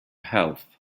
health